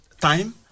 time